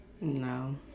No